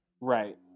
Right